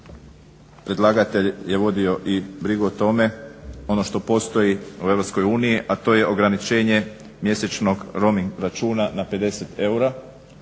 predlagatelj je vodio i brigu o tome ono što postoji u EU a to je ograničenje mjesečnog roaming računa na 50 eura,